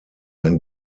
ein